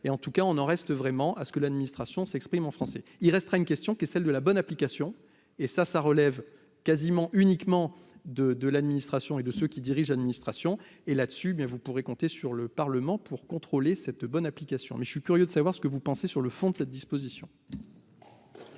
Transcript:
et en tout cas, on en reste vraiment à ce que l'administration s'exprime en français, il restera une question qui est celle de la bonne application et ça, ça relève quasiment uniquement de de l'administration et de ceux qui dirigent, administration et là-dessus, mais vous pourrez compter sur le Parlement pour contrôler cette bonne application mais je suis curieux de savoir ce que vous pensez, sur le fond de cette disposition.